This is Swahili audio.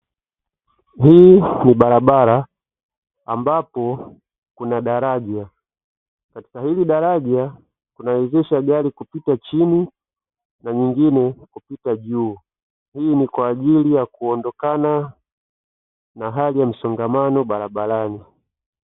Hii ni barabara ambapo kuna daraja, katika hili daraja linawezesha gari kupita chini na lingine kupita juu, hii ni kwa ajili ya kuondokana na hali ya msingamano barabarani.